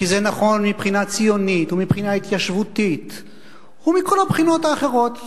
כי זה נכון מבחינה ציונית ומבחינה התיישבותית ומכל הבחינות האחרות.